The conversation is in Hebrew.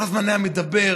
כל הזמן היה מדבר.